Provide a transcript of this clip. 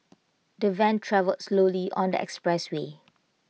the van travelled slowly on the expressway